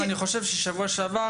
אני חושב שבשבוע שעבר,